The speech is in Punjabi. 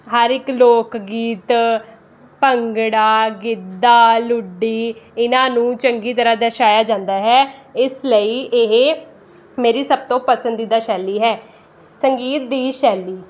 ਹਰ ਇੱਕ ਲੋਕ ਗੀਤ ਭੰਗੜਾ ਗਿੱਧਾ ਲੁੱਡੀ ਇਹਨਾਂ ਨੂੰ ਚੰਗੀ ਤਰ੍ਹਾਂ ਦਰਸਾਇਆ ਜਾਂਦਾ ਹੈ ਇਸ ਲਈ ਇਹ ਮੇਰੀ ਸਭ ਤੋਂ ਪਸੰਦੀਦਾ ਸ਼ੈਲੀ ਹੈ ਸੰਗੀਤ ਦੀ ਸ਼ੈਲੀ